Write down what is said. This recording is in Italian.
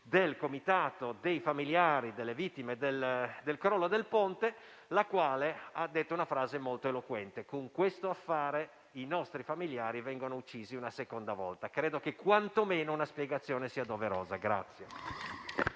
del Comitato dei familiari delle vittime del crollo del ponte, la quale ha pronunciato una frase molto eloquente del tipo: con questo affare i nostri familiari vengono uccisi una seconda volta. Credo che, quantomeno, una spiegazione sia doverosa.